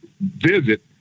visit